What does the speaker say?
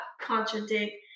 contradict